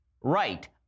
Right